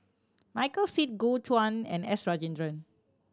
Michael Seet Gu Juan and S Rajendran